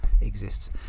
exists